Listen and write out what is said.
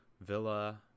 Villa